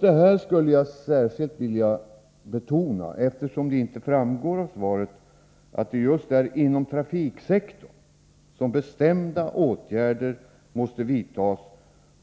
Det här skulle jag särskilt vilja betona, eftersom det inte framgår av svaret att det just är inom trafiksektorn som bestämda åtgärder måste vidtas,